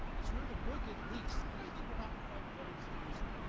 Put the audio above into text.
it's worth a book at least. but i think we're not quite ready to use it.